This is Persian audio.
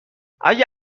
اگه